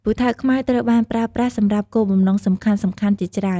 ពូថៅខ្មែរត្រូវបានប្រើប្រាស់សម្រាប់គោលបំណងសំខាន់ៗជាច្រើន។